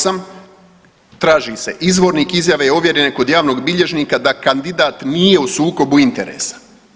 8, traži se izvornik izjave ovjerene kod javnog bilježnika da kandidat nije u sukobu interesa.